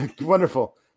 Wonderful